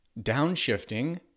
downshifting